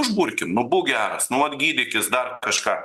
užburkim nu būk geras nu vat gydykis dar kažką